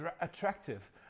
attractive